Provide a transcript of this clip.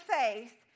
faith